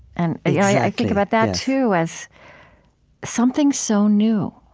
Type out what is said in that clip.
and yeah i think about that too as something so new